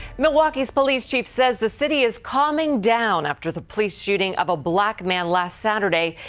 milwaukee's police chief says the city is calming down after the police shooting of a black man last saturday.